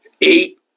eight